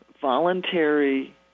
voluntary